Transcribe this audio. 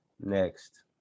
Next